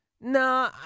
No